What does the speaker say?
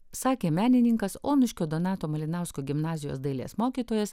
sakė menininkas onuškio donato malinausko gimnazijos dailės mokytojas